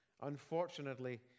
unfortunately